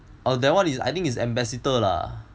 oh that [one] is I think is ambassador lah